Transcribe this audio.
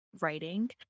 writing